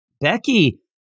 Becky